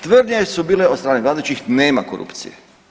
Tvrdnje su bile od strane vladajućih nema korupcije.